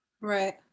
right